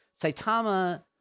Saitama